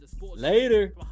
Later